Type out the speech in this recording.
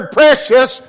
precious